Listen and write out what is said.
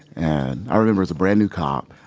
and, i remember, as a brand new cop,